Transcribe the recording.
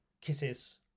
kisses